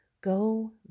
go